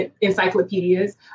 encyclopedias